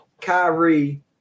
Kyrie